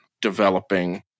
developing